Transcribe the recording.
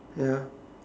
ya